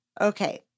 Okay